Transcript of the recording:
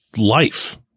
life